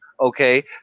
okay